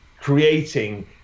creating